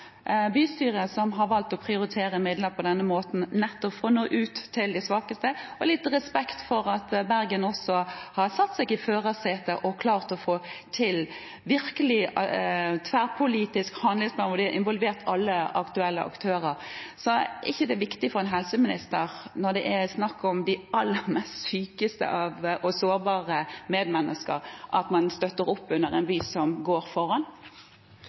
bystyret, som har valgt å prioritere midlene på denne måten, nettopp for å nå ut til de svakeste – ha litt respekt for at Bergen har satt seg i førersetet og klart å få til virkelig en tverrpolitisk handlingsplan, hvor man har involvert alle aktuelle aktører. Er det ikke viktig for en helseminister, når det er snakk om de aller sykeste og mest sårbare medmennesker, at man støtter opp om en by som går foran?